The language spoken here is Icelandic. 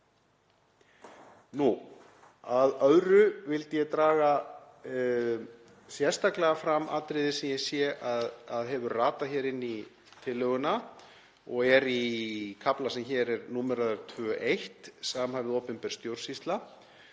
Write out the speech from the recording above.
Að öðru. Ég vildi draga sérstaklega fram atriði sem ég sé að hefur ratað inn í tillöguna og er í kafla sem hér er númeraður 2.1, Samhæfð opinber stjórnsýsla,